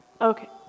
Okay